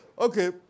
Okay